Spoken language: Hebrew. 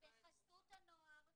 בחסות הנוער.